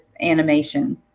animation